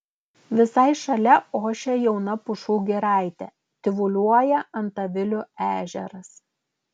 visai šalia ošia jauna pušų giraitė tyvuliuoja antavilių ežeras